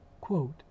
Quote